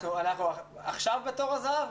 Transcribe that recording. אנחנו עכשיו בתור הזהב?